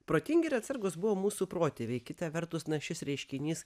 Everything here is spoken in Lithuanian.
protingi ir atsargūs buvo mūsų protėviai kita vertus šis reiškinys